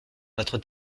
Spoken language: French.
notre